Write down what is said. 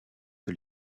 que